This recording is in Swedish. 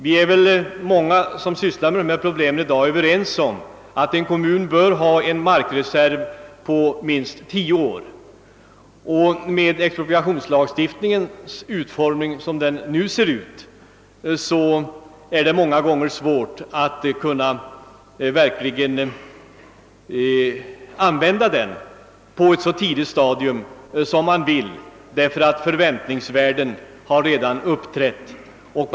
Många av oss som sysslar med dessa problem är väl i dag överens om att kommunen bör ha en markresery på minst tio år, och med den utformning som expropriationslagstiftningen för närvarande har är det många gånger svårt att verkligen kunna tillämpa den på ett så tidigt stadium som är önskvärt, eftersom förväntningsvärden redan hunnit uppstå.